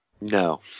No